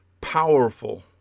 powerful